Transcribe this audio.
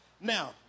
Now